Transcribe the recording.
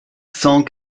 cent